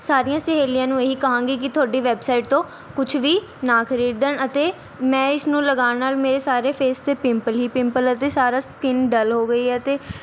ਸਾਰੀਆਂ ਸਹੇਲੀਆਂ ਨੂੰ ਇਹ ਹੀ ਕਹਾਂਗੀ ਕਿ ਤੁਹਾਡੀ ਵੈੱਬਸਾਈਟ ਤੋਂ ਕੁਛ ਵੀ ਨਾ ਖਰੀਦਣ ਅਤੇ ਮੈਂ ਇਸ ਨੂੰ ਲਗਾਉਣ ਨਾਲ਼ ਮੇਰੇ ਸਾਰੇ ਫੇਸ 'ਤੇ ਪਿੰਪਲ ਹੀ ਪਿੰਪਲ ਅਤੇ ਸਾਰਾ ਸਕਿੰਨ ਡੱਲ ਹੋ ਗਈ ਆ ਅਤੇ